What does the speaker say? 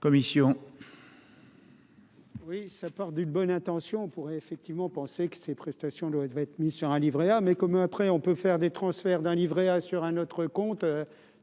Commission. Oui, ça part d'une bonne intention pourrait effectivement penser que ces prestations doit va être mis sur un Livret A, mais comme après on peut faire des transferts d'un Livret A sur un autre compte,